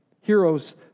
Heroes